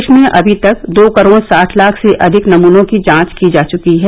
देश में अभी तक दो करोड साठ लाख से अधिक नमनों की जांच की जा चुकी है